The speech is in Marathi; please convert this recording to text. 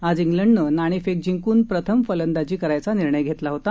आज ख्लंडनं नाणेफेक जिंकून प्रथम फलंदाजी करायचा निर्णय घेतला होता